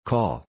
Call